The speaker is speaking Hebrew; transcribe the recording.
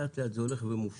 לאט לאט זה הולך ומופשט.